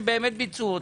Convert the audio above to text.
שבאמת ביצעו אותם.